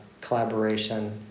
collaboration